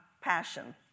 Passion